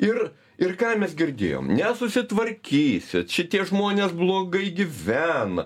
ir ir ką mes girdėjom nesusitvarkysit šitie žmonės blogai gyvena